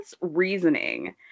reasoning